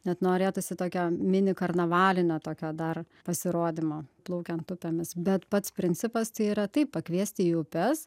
net norėtųsi tokio mini karnavalinio tokio dar pasirodymo plaukiant upėmis bet pats principas tai yra taip pakviesti į upes